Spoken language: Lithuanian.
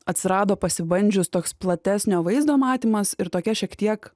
atsirado pasibandžius toks platesnio vaizdo matymas ir tokia šiek tiek